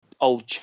old